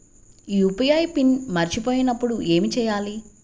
UPI PIN మరచిపోయినప్పుడు ఏమి చేయాలి?